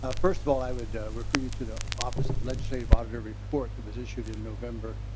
ah first of all i would refer you to the office of legislative auditor report that was issued in november.